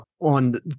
on